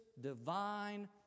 divine